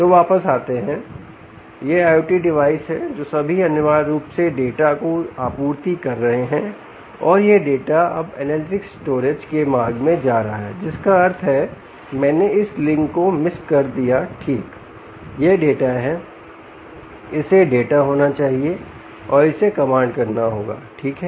तो वापस आते हैं ये IOT डिवाइस हैं जो सभी अनिवार्य रूप से डेटा की आपूर्ति कर रहे हैं और यह डेटा अब एनालिटिक्स स्टोरेज के मार्ग में जा रहा है जिसका अर्थ है मैंने इस लिंक को मिस कर दीया ठीक यह डेटा है इसे डेटा होना चाहिए और इसे कमांड करना होगा ठीक है